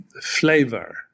flavor